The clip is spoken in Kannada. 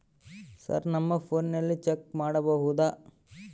ಸರ್ ನಮ್ಮ ಫೋನಿನಲ್ಲಿ ಚೆಕ್ ಮಾಡಬಹುದಾ?